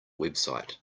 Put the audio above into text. website